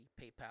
PayPal